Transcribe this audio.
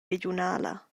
regiunala